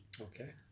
Okay